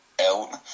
out